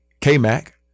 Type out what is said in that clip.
K-Mac